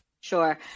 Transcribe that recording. Sure